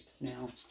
Now